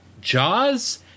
Jaws